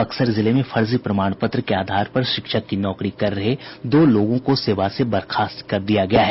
बक्सर जिले में फर्जी प्रमाण पत्र के आधार पर शिक्षक की नौकरी कर रहे दो लोगों को सेवा से बर्खास्त कर दिया गया है